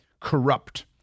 corrupt